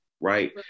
Right